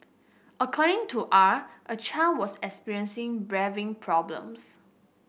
according to R a child was experiencing breathing problems